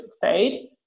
fade